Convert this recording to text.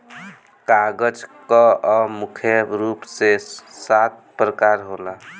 कागज कअ मुख्य रूप से सात प्रकार होला